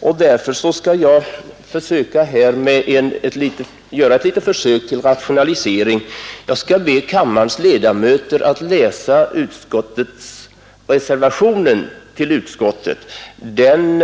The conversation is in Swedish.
och därför skall jag göra ett litet försök till rationalisering. Jag ber kammarens ledamöter att läsa reservationen till utskottsbetänkandet.